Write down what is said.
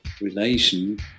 relation